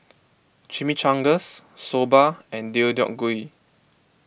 Chimichangas Soba and Deodeok Gui